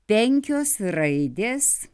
penkios raidės